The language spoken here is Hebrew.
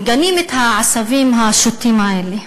מגנים את העשבים השוטים האלה.